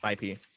ip